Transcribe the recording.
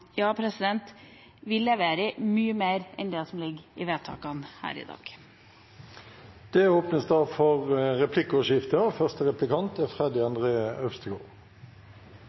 Vi leverer mye mer enn det som ligger i forslagene her i dag. Det blir replikkordskifte. Skolebibliotekene gir barn og unge helt fra starten av leselyst og leseglede, noe som er